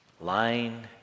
lying